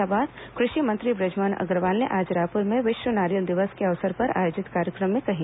यह बात कृषि मंत्री बृजमोहन अग्रवाल ने आज रायपुर में विश्व नारियल दिवस के अवसर पर आयोजित कार्यक्रम में कही